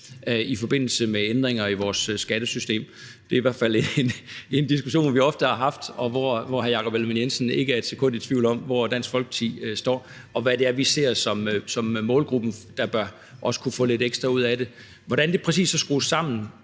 i forbindelse med ændringer i vores skattesystem. Det er i hvert fald en diskussion, vi ofte har haft, og hvor hr. Jakob Ellemann-Jensen ikke er et sekund i tvivl om, hvor Dansk Folkeparti står, og hvem det er, vi ser som målgruppen, der også bør kunne få lidt ekstra ud af det. I forhold til hvordan det præcis skal skrues sammen,